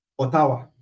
Otawa